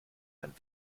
einen